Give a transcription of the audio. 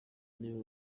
niba